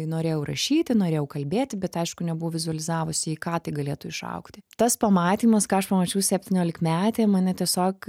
norėjau rašyti norėjau kalbėti bet aišku nebuvau vizualizavusi į ką tai galėtų išaugti tas pamatymas ką aš pamačiau septyniolikmetė mane tiesiog